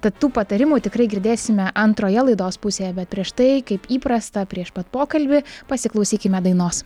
tad tų patarimų tikrai girdėsime antroje laidos pusėje bet prieš tai kaip įprasta prieš pat pokalbį pasiklausykime dainos